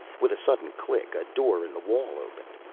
with a sudden click a door in the wall opened.